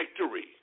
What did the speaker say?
victory